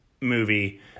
movie